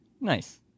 Nice